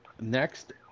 next